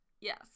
Yes